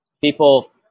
people